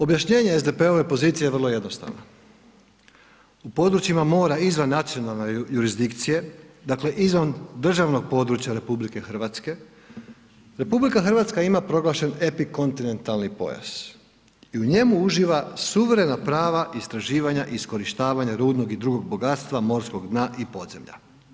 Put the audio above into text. Objašnjenje SDP-ove pozicije je vrlo jednostavno u područjima moram izvan nacionalne jurisdikcije, dakle izvan državnog područja RH, RH ima proglašen epikontinentalni pojas i u njemu uživa suverena prava istraživanja i iskorištavanja rudnog i drugog bogatstva morskog dna i podzemlja.